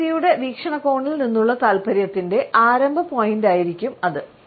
ഈ വ്യക്തിയുടെ വീക്ഷണകോണിൽ നിന്നുള്ള താൽപ്പര്യത്തിന്റെ ആരംഭ പോയിന്റായിരിക്കും അത്